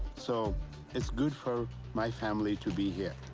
so it's good for my family to be here.